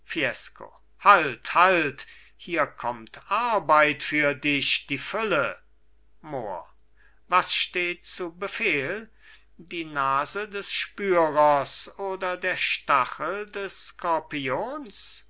halt halt hier kommt arbeit für dich die fülle mohr was steht zu befehl die nase des spürers oder der stachel des